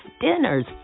dinners